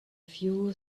few